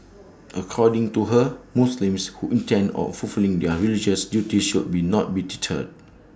according to her Muslims who intend on fulfilling their religious duties should not be deterred